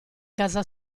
casa